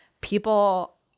people